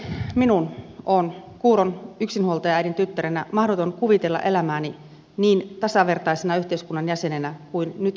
henkilökohtaisesti minun on kuuron yksinhuoltajaäidin tyttärenä mahdoton kuvitella elämääni niin tasavertaisena yhteiskunnan jäsenenä kuin nyt koen olevani